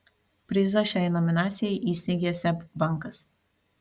prizą šiai nominacijai įsteigė seb bankas